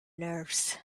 nerves